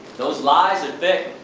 those lies are thick.